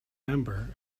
member